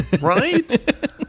Right